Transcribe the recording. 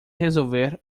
resolver